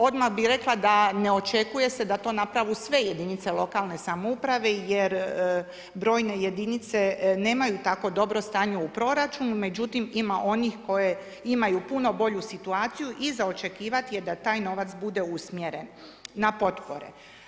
Odmah bih rekla da ne očekuje se da to naprave sve jedinice lokalne samouprave jer brojne jedinice nemaju tako dobro stanje u proračunu, međutim ima onih koje imaju puno bolju situaciju i za očekivat je da taj novac bude usmjeren na potpore.